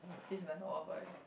this is my normal voice